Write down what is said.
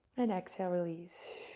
and exhale release.